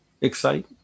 excite